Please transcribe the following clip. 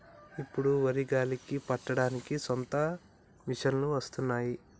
ఇప్పుడు వరి గాలికి పట్టడానికి సొంత మిషనులు వచ్చినాయి